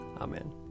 Amen